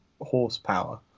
horsepower